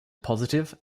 positive